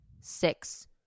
Six